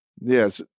Yes